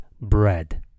bread